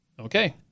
Okay